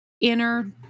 inner